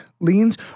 leans